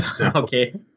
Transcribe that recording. Okay